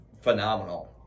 phenomenal